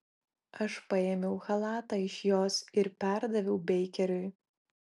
aš paėmiau chalatą iš jos ir perdaviau beikeriui